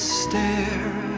stare